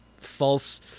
false